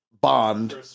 Bond